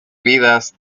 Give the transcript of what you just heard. vidas